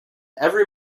every